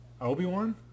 Obi-Wan